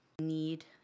need